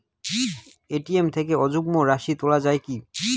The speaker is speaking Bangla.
এ.টি.এম থেকে অযুগ্ম রাশি তোলা য়ায় কি?